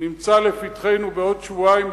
נמצא לפתחנו, בעוד שבועיים.